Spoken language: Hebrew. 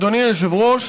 אדוני היושב-ראש,